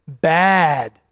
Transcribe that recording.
Bad